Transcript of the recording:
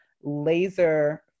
laser